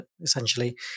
essentially